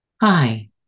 Hi